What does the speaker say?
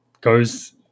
goes